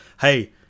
hey